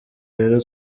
rero